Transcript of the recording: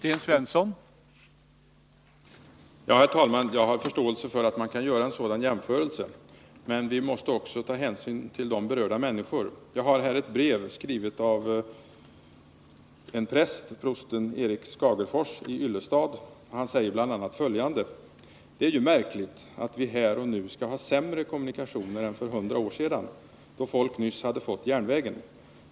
Herr talman! Jag har förståelse för att man kan göra en sådan jämförelse, men vi måste också ta hänsyn till de människor som berörs. Jag har här ett brev, skrivet av prosten Erik Skagefors i Yllestad, och han säger bl.a. följande: ”Det är ju märkligt att vi här och nu skall ha sämre kommunikationer än för 100 år sedan, då folk nyss hade fått järnvägen.